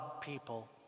people